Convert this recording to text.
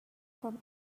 from